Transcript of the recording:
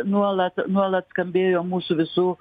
nuolat nuolat skambėjo mūsų visų